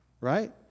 Right